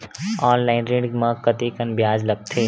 Online ऋण म कतेकन ब्याज लगथे?